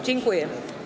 Dziękuję.